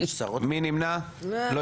מי נמנע?